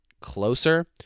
closer